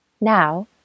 Now